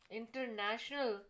international